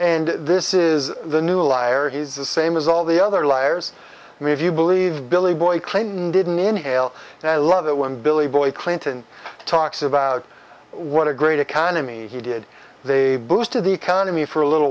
and this is the new a liar he's the same as all the other liars and if you believe billy boy clinton didn't inhale and i love it when billy boy clinton talks about what a great economy he did they boosted the economy for a little